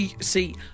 See